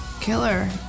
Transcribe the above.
killer